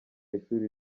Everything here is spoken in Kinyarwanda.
ishuri